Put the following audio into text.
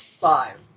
five